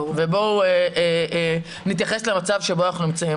ובואו נתייחס למצב שבו אנחנו נמצאים.